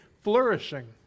flourishing